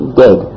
dead